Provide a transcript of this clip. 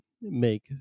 make